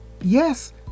yes